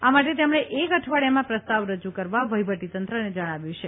આ માટે તેમણે એક અઠવાડીયામાં પ્રસ્તાવ રજૂ કરવા વહીવટીતંત્રને જણાવ્યું છે